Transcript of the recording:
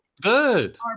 Good